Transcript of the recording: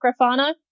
Grafana